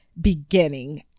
beginning